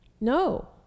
No